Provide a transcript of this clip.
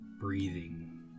breathing